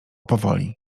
powoli